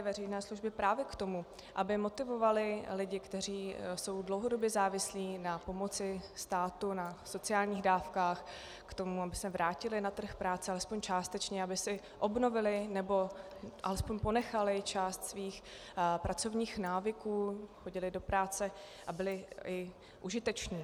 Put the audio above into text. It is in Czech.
Využívaly veřejné služby právě k tomu, aby motivovaly lidi, kteří jsou dlouhodobě závislí na pomoci státu, na sociálních dávkách, k tomu, aby se vrátili na trh práce alespoň částečně, aby si obnovili nebo alespoň ponechali část svých pracovních návyků, chodili do práce a byli i užiteční.